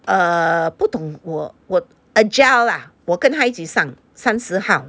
err 不懂我我 agile lah 我跟一起上三十号